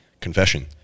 confession